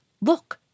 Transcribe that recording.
look